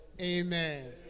Amen